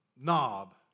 knob